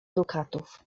dukatów